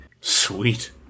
Sweet